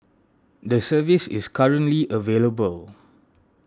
the service is currently available